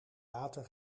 water